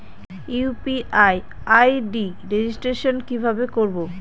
UPI ID registration কিভাবে করব?